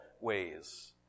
ways